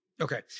Okay